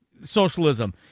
socialism